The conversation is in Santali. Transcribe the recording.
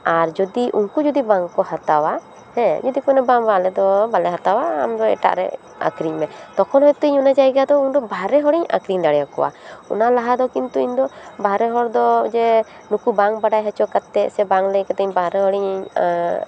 ᱟᱨ ᱡᱩᱫᱤ ᱩᱱᱠᱩ ᱡᱩᱫᱤ ᱵᱟᱝ ᱠᱚ ᱦᱟᱛᱟᱣᱟ ᱦᱮᱸ ᱡᱩᱫᱤ ᱠᱚ ᱢᱮᱱᱟ ᱵᱟᱝ ᱵᱟᱝ ᱟᱞᱮ ᱫᱚ ᱵᱟᱞᱮ ᱦᱟᱛᱟᱣᱟ ᱟᱢ ᱫᱚ ᱮᱴᱟᱜ ᱨᱮ ᱟᱹᱠᱷᱨᱤᱧ ᱢᱮ ᱛᱚᱠᱷᱚᱱ ᱦᱳᱭᱛᱳ ᱚᱱᱟ ᱡᱟᱭᱜᱟ ᱵᱟᱨᱦᱮ ᱦᱚᱲ ᱤᱧ ᱟᱹᱠᱷᱨᱤᱧ ᱫᱟᱲᱮ ᱟᱠᱚᱣᱟ ᱚᱱᱟ ᱞᱟᱦᱟ ᱫᱚ ᱤᱧ ᱫᱚ ᱠᱤᱱᱛᱩ ᱵᱟᱨᱦᱮ ᱦᱚᱲ ᱫᱚ ᱡᱮ ᱱᱩᱠᱩ ᱵᱟᱝ ᱵᱟᱰᱟᱭ ᱦᱚᱪᱚ ᱠᱟᱛᱮᱫ ᱥᱮ ᱵᱟᱝ ᱞᱟᱹᱭ ᱠᱟᱛᱮ ᱵᱟᱨᱦᱮ ᱦᱚᱲᱤᱧ